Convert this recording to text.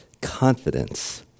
confidence